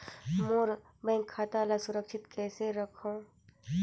मोर bank खाता ला सुरक्षित कइसे रखव?